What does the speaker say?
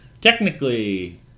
technically